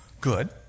Good